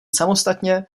samostatně